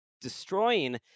destroying